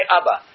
Abba